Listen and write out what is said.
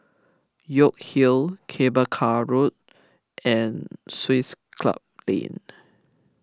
York Hill Cable Car Road and Swiss Club Lane